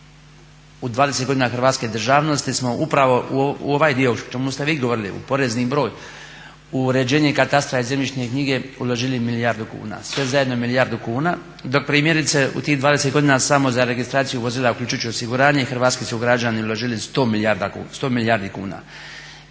u 20 godina hrvatske državnosti smo upravo u ovaj dio o čemu ste vi govorili u porezni broj uređenje katastra i zemljišne knjige uložili milijardu kuna sve zajedno dok primjerice u tih 20 godina samo za registraciju vozila uključujući osiguranje i hrvatski su građani uložili 100 milijardi kuna.